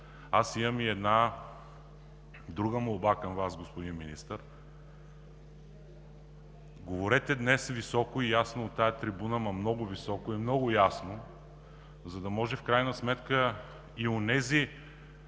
аз имам и друга молба към Вас, господин Министър: говорете днес високо и ясно от тази трибуна, ама много високо и много ясно, за да може в крайна сметка и онези